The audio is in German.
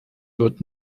wird